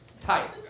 tight